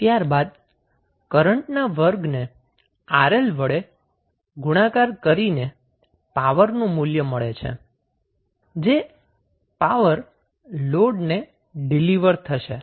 ત્યારબાદ કરન્ટના વર્ગને 𝑅𝐿 વડે ગુણાકાર કરીને પાવરનું મૂલ્ય મળે છે જે પાવર લોડને ડિલીવર થશે